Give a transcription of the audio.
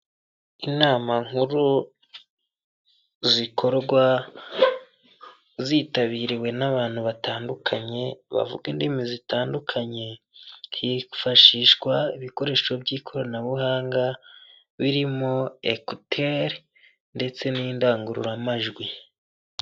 Inama nkuru zikorwa zitabiriwe n'abantu batandukanye bavuga indimi zitandukanye, hifashishwa ibikoresho by'ikoranabuhanga birimo ekuteri ndetse n'indangururamajwi.